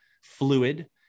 fluid